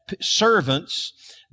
servants